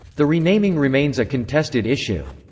the renaming remains a contested issue.